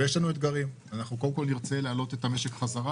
אנחנו קודם כל נרצה להעלות את המשק בחזרה